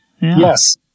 Yes